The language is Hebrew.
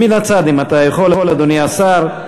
מן הצד, אם אתה יכול, אדוני השר.